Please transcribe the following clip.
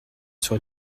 sur